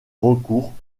recours